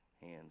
hands